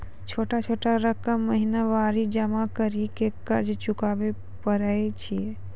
छोटा छोटा रकम महीनवारी जमा करि के कर्जा चुकाबै परए छियै?